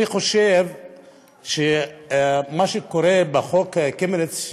אני חושב שמה שקורה ב"חוק קמיניץ",